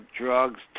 drugs